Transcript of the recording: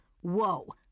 whoa